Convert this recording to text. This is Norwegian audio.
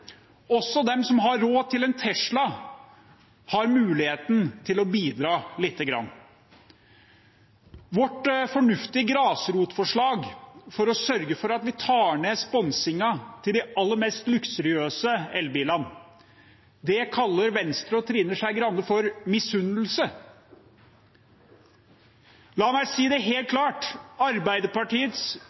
Også de som har råd til en Tesla, har mulighet til å bidra lite grann. Vårt fornuftige grasrotforslag for å sørge for at vi tar ned sponsingen av de aller mest luksuriøse elbilene, kaller Venstre og Trine Skei Grande for misunnelse. La meg si det helt klart: Arbeiderpartiets